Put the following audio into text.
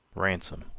ransom,